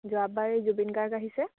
যোৱাবাৰ জুবিন গাৰ্গ আহিছে